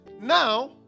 Now